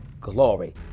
glory